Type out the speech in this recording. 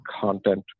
content